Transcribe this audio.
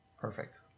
perfect